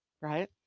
right